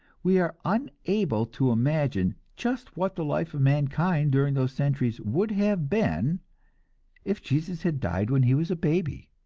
we are unable to imagine just what the life of mankind during those centuries would have been if jesus had died when he was a baby.